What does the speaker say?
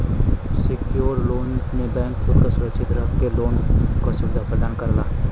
secured loan में bank खुद क सुरक्षित रख के लोन क सुविधा प्रदान करला